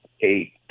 eight